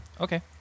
Okay